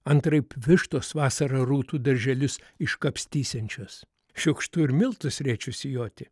antraip vištos vasarą rūtų darželius iškapstysiančios šiukštu ir miltus rėčiu sijoti